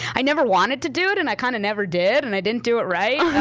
i never wanted to do it, and i kinda never did, and i didn't do it right.